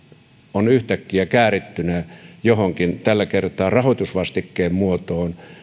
on yhtäkkiä käärittynä johonkin tällä kertaa rahoitusvastikkeen muotoon